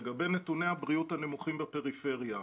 לגבי נתוני הבריאות הנמוכים בפריפריה,